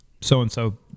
so-and-so